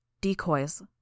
Decoys